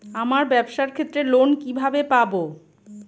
আমার ব্যবসার ক্ষেত্রে লোন কিভাবে পাব?